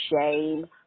shame